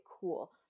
cool